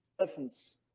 Elephants